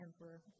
emperor